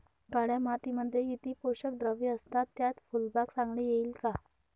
काळ्या मातीमध्ये किती पोषक द्रव्ये असतात, त्यात फुलबाग चांगली येईल का?